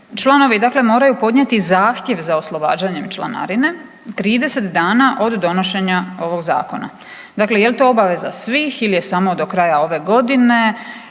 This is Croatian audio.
članovi moraju podnijeti zahtjev za oslobađanjem članarine 30 dana od donošenja ovog zakona. Dakle jel to obaveza svih ili je samo do kraja ove godine?